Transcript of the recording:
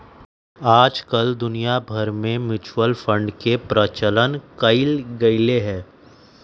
आजकल दुनिया भर में म्यूचुअल फंड के प्रचलन कइल गयले है